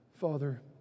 Father